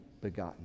begotten